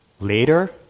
later